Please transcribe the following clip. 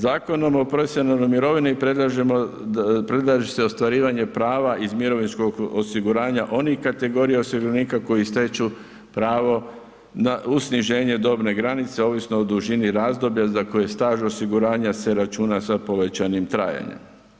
Zakonom o profesionalnoj mirovini predlaže se ostvarivanje prava iz mirovinskog osiguranja onih kategorija osiguranika koji stječu pravo uz sniženje dobne granice ovisno o dužini razdoblja za koje staž osiguranja se računa sa povećanim trajanjem.